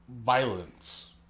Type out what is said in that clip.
violence